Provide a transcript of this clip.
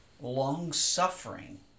long-suffering